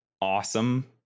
awesome